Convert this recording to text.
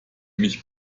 mich